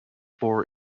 four